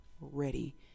ready